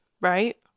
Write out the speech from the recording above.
Right